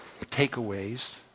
takeaways